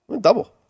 Double